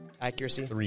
Accuracy